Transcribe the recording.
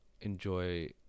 enjoy